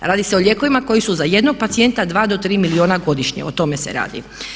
A radi se o lijekovima koji su za jednog pacijenta 2 do 3 milijuna godišnje, o tome se radi.